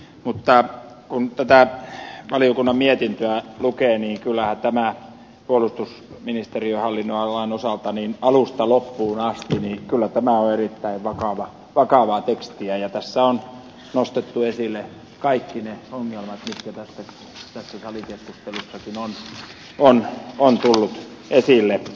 mutta kun tätä valiokunnan mietintöä lukee niin kyllähän tämä puolustusministeriön hallinnonalan osalta alusta loppuun asti on erittäin vakavaa tekstiä ja tässä on nostettu esille kaikki ne ongelmat mitkä tässä salikeskustelussakin ovat tulleet esille